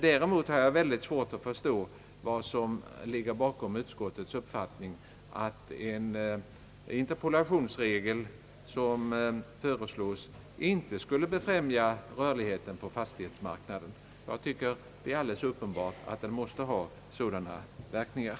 Däremot har jag mycket svårt att förstå vad som ligger bakom utskottets uppfattning att den interpolationsregel, som föreslås, inte skulle befrämja rörligheten på fastighetsmarknaden. Jag tycker det är alldeles uppenbart att den måste ha sådana verkningar.